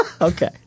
Okay